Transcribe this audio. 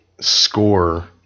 score